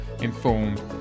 informed